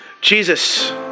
Jesus